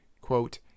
quote